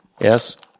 Yes